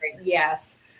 yes